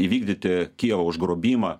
įvykdyti kijevo užgrobimą